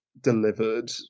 Delivered